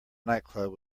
nightclub